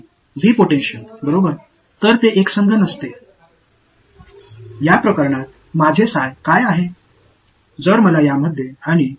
V potential எனவே இது நான் ஹோமோஜினியஸ் இந்த விஷயத்தில் எனது psi என்ன